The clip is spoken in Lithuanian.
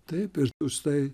taip ir štai